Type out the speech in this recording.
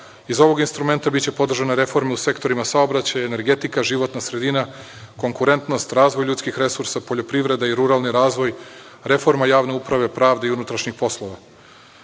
Iz ovog instrumenta biće podržane reforme u sektorima: saobraćaj, energetika, životna sredina, konkurentnost, razvoj ljudskih resursa, poljoprivreda i ruralni razvoj, reforma javne uprave, pravde i unutrašnjih poslova. Tokom